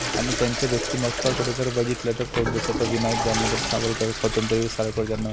आणि त्यांच्या व्यक्तिमत्त्वाकडे जर बघितलं तर प्रौड जसं आता विनायक दामोदर सावरकर स्वातंत्र्यवीर सावरकर ज्यांना